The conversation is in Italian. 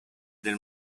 del